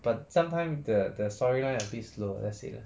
but sometime the the storyline a bit slow let's say lah